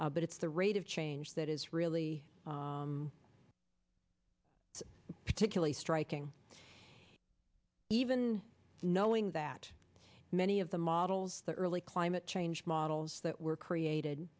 but it's the rate of change that is really particularly striking even knowing that many of the models the early climate change models that were created